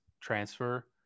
transfer